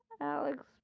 Alex